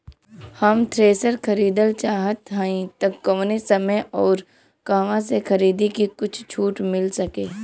हम थ्रेसर खरीदल चाहत हइं त कवने समय अउर कहवा से खरीदी की कुछ छूट मिल सके?